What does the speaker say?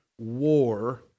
war